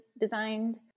designed